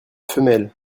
femelle